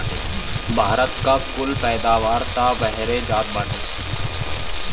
भारत का कुल पैदावार तअ बहरे जात बाटे